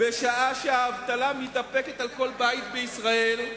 בשעה שהאבטלה מתדפקת על כל בית בישראל,